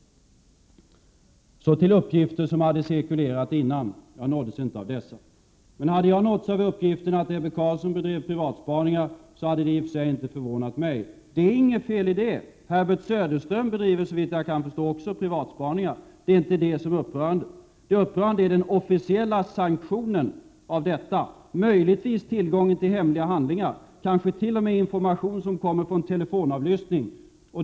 Så till de uppgifter som cirkulerat tidigare. Jag nåddes inte av dessa. Men hade jag nåtts av uppgiften om att Ebbe Carlsson bedrev privatspaningar, hade jag i och för sig inte blivit förvånad. Det är inget fel i det. Såvitt jag förstår bedriver också Herbert Söderström privatspaningar. Det är alltså inte det som är upprörande, utan vad som är upprörande är den officiella sanktionen av detta — möjligtvis också tillgången till hemliga handlingar och kanske t.o.m. information som tillhandahålls genom telefonavlyssning.